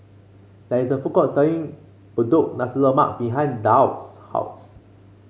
there is a food court selling Punggol Nasi Lemak behind Daryl's house